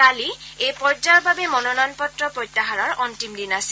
কালি এই পৰ্যায়ৰ বাবে মনোনয়ন পত্ৰ প্ৰত্যাহাৰৰ অন্তিম দিন আছিল